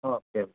okay okay